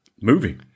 movie